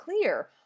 clear